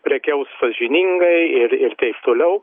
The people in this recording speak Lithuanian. prekiaus sąžiningai ir ir taip toliau